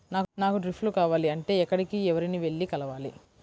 నాకు డ్రిప్లు కావాలి అంటే ఎక్కడికి, ఎవరిని వెళ్లి కలవాలి?